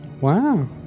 Wow